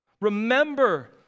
Remember